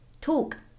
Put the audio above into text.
talk